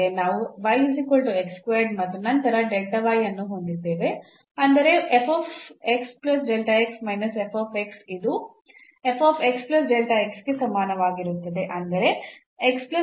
ನಾವು ಮತ್ತು ನಂತರ ಅನ್ನು ಹೊಂದಿದ್ದೇವೆ ಅಂದರೆ ಇದು ಗೆ ಸಮಾನವಾಗಿರುತ್ತದೆ